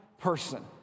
person